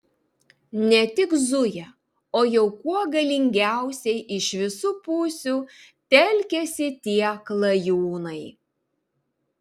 ne tik zuja o jau kuo galingiausiai iš visų pusių telkiasi tie klajūnai